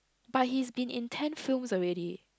but he's been in ten films already